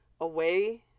away